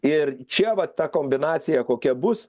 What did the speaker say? ir čia va ta kombinacija kokia bus